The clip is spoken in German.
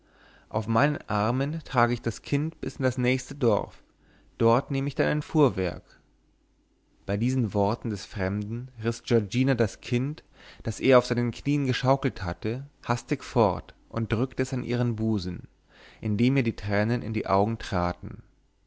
auf meinen armen trage ich das kind bis in das nächste dorf dort nehme ich dann ein fuhrwerk bei diesen worten des fremden riß giorgina das kind das er auf seinen knien geschaukelt hatte hastig fort und drückte es an ihren busen indem ihr die tränen in die augen traten